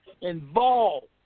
involved